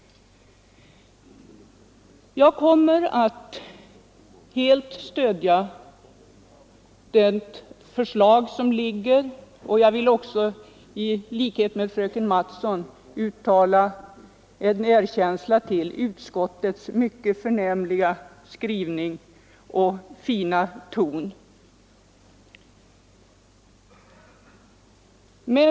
Jag kommer att helt stödja utskottets förslag. Jag vill i likhet med fröken Mattson uttala min erkänsla för utskottets förnämliga skrivning och för den fina tonen i denna.